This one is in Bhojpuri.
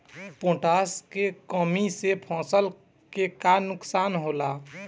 पोटाश के कमी से फसल के का नुकसान होला?